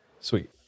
Sweet